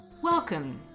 Welcome